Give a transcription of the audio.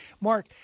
Mark